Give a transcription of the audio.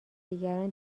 دیگران